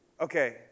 Okay